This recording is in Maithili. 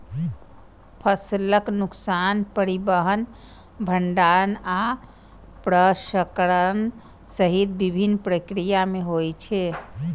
फसलक नुकसान परिवहन, भंंडारण आ प्रसंस्करण सहित विभिन्न प्रक्रिया मे होइ छै